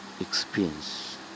experience